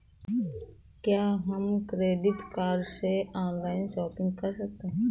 क्या हम credit card से ऑनलाइन शॉपिंग कर सकते हैं?